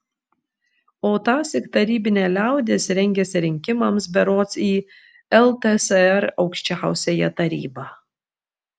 o tąsyk tarybinė liaudis rengėsi rinkimams berods į ltsr aukščiausiąją tarybą